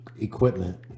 Equipment